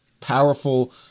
powerful